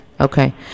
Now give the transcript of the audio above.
Okay